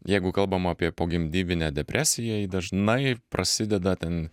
jeigu kalbama apie pogimdyvinę depresiją ji dažnai prasideda ten